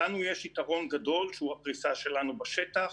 לנו יש יתרון גדול שהוא הפריסה שלנו בשטח,